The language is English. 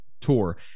tour